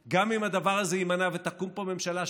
גם אם הדבר הזה יימנע ותקום פה ממשלה,